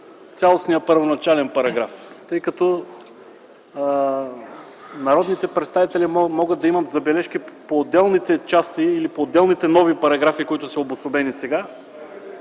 цялостния първоначален параграф, тъй като народните представители могат да имат забележки по отделните части или по отделните нови параграфи, обособени сега.